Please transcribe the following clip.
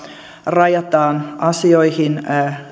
rajataan asioihin